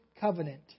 covenant